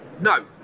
No